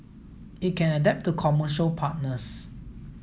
it can adapt to commercial partners